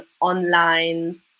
online